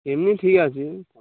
এমনি ঠিক আছে